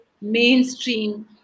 mainstream